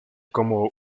como